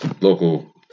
local